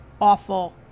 Awful